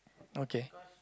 okay